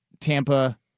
Tampa